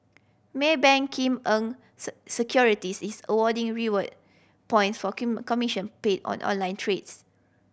Maybank Kim Eng Securities is awarding reward point for commission paid on online trades